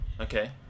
Okay